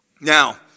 Now